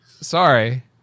sorry